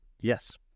Yes